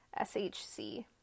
SHC